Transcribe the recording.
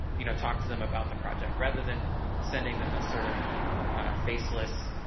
you know, talk to them about the project, rather than sending them a sort of faceless